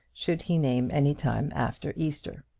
should he name any time after easter.